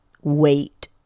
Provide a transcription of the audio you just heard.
wait